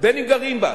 בין אם גרים בה,